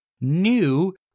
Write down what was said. new